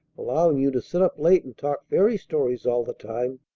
allowing you to sit up late and talk fairy stories all the time.